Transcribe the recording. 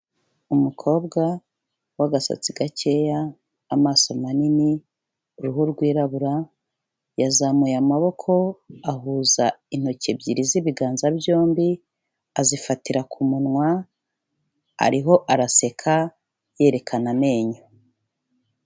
Umukobwa w'agasatsi gakeya, amaso manini, uruhu rwirabura yazamuye amaboko ahuza intoki ebyiri z'ibiganza byombi azifatira ku munwa, ariho araseka yerekana amenyo.